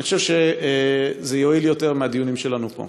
אני חושב שזה יועיל יותר מהדיונים שלנו פה.